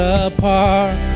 apart